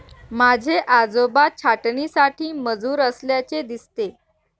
माझे आजोबा छाटणीसाठी मजूर असल्याचे दिसते